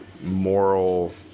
moral